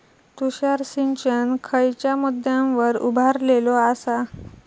तुषार सिंचन खयच्या मुद्द्यांवर उभारलेलो आसा?